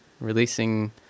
releasing